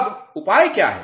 अब उपाय क्या हैं